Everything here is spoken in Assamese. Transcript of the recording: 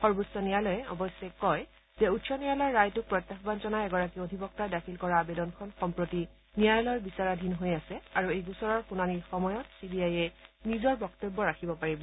সৰ্বোচ্চ ন্যায়ালয়ে অৱশ্যে কয় যে উচ্চ ন্যায়ালয়ৰ ৰায়টোক প্ৰত্যাহ্বান জনাই এগৰাকী অধিবক্তাই দাখিল কৰা আবেদনখন সম্প্ৰতি ন্যায়ালয়ৰ বিচৰাধীন হৈ আছে আৰু এই গোচৰৰ শুনানিৰ সময়ত চিবিআইয়ে নিজৰ বক্তব্য ৰাখিব পাৰিব